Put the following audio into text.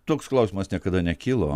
toks klausimas niekada nekilo